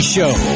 Show